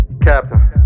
Captain